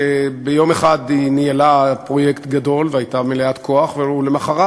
שביום אחד ניהלה פרויקט גדול והייתה מלאת כוח ולמחרת